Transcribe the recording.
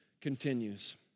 continues